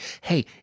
Hey